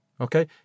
Okay